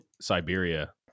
Siberia